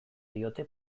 diote